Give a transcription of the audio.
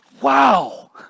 Wow